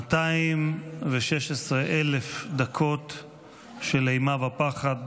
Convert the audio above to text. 216 מיליון דקות של אימה ופחד,